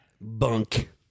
Bunk